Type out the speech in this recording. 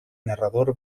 narrador